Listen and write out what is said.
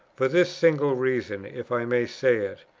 for this single reason, if i may say it,